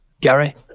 Gary